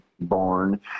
born